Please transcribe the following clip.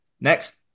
Next